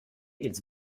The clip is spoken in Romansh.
ils